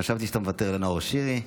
חשבתי שאתה מוותר לנאור שירי,